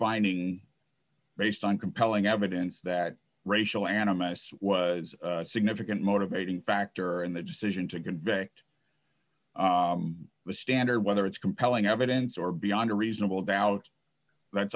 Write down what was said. finding based on compelling evidence that racial animus was significant motivating factor in the decision to convey the standard whether it's compelling evidence or beyond a reasonable doubt that's